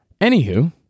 Anywho